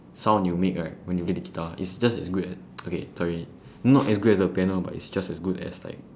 sound you make right when you play the guitar it's just as good as okay sorry not as good as the piano but it's just as good as like